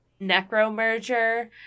Necromerger